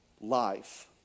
life